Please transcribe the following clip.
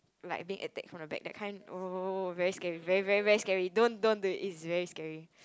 like being attack from the back that kinds oh very scary very very scary don't don't do it is very scary